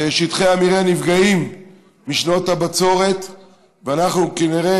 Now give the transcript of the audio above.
שטחי המרעה נפגעים משנות הבצורת ואנחנו כנראה